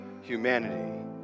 humanity